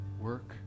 work